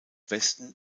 westen